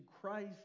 Christ